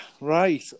Right